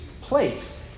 place